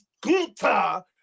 Gunther